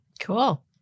Cool